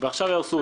ועכשיו יהרסו אותה.